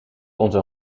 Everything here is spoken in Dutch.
onze